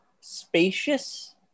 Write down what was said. spacious